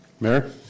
Mayor